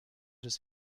des